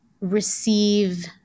receive